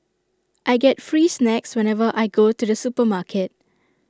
I get free snacks whenever I go to the supermarket